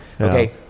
okay